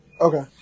Okay